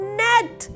net